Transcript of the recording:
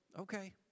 Okay